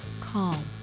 calm